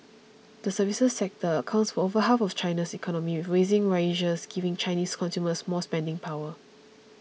the services sector accounts for over half of China's economy with rising wages giving Chinese consumers more spending power